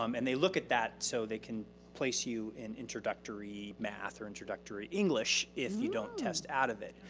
um and they look at that so they can place you in introductory math or introductory english if you don't test out of it.